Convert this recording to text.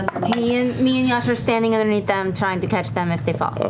me and me and yasha are standing underneath them trying to catch them if they fall.